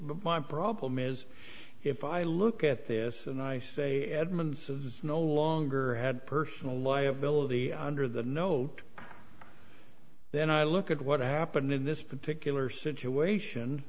my problem is if i look at this and i say edmonds of no longer had personal liability under the note then i look at what happened in this particular situation